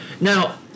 Now